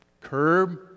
Curb